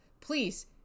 please